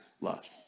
love